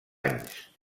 anys